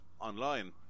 online